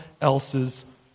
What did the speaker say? else's